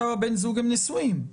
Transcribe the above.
הם נשואים.